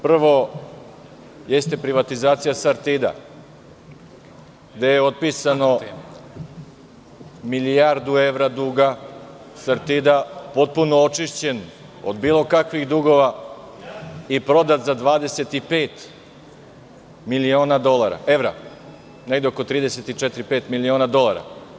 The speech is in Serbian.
Prvo jeste privatizacija „Sartida“, gde je otpisano milijardu evra duga „Sartida“ potpuno očišćen od bilo kakvih dugova i prodat za 25 miliona evra, negde oko 34, 35 miliona dolara.